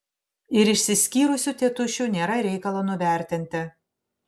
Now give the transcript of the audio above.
ir išsiskyrusių tėtušių nėra reikalo nuvertinti